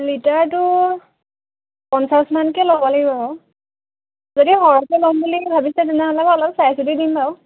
লিটাৰটো পঞ্চাছমানকৈ ল'ব লাগিব বাৰু যদি সৰহকৈ ল'ম বুলি ভাবিছে তেনেহ'লে অলপ চাই চিতি দিম বাৰু